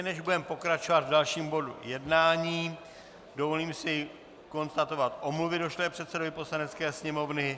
Než budeme pokračovat v dalším bodu jednání, dovolím si konstatovat omluvy došlé předsedovi Poslanecké sněmovny.